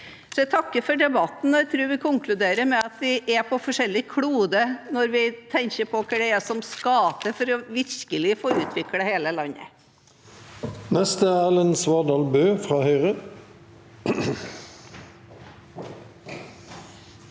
Jeg takker for debatten. Jeg tror jeg vil konkludere med at vi er på forskjellig klode når vi tenker på hva det er som skal til for virkelig å få utviklet hele landet. Erlend Svardal Bøe